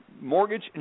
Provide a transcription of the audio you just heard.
mortgage